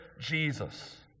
Jesus